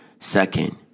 Second